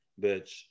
bitch